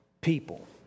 people